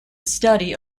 study